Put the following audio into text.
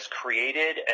created